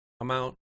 amount